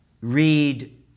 read